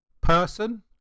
person